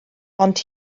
ond